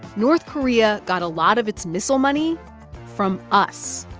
north korea got a lot of its missile money from us,